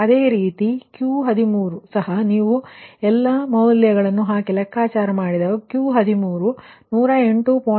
ಅದೇ ರೀತಿ Q13 ಸಹ ನೀವು ಎಲ್ಲಾ ಮೌಲ್ಯಗಳನ್ನು ಹಾಕಿ ಲೆಕ್ಕಾಚಾರ ಮಾಡಿದಾಗ Q13 ಯು108